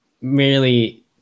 merely